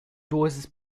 dosis